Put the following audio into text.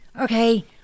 okay